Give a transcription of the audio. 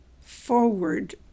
forward